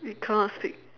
you cannot speak